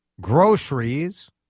groceries